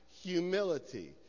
humility